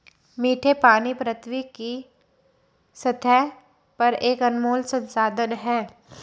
मीठे पानी पृथ्वी की सतह पर एक अनमोल संसाधन है